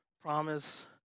promise